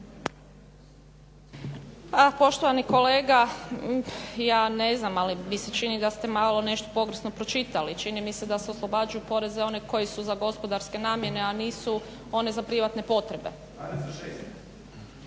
Poštovani kolega ja ne znam ali mi se čini da ste nešto malo pogrešno pročitali. Čini mi se da se oslobađaju one koji su za gospodarske namjene, a nisu za one privatne potrebe.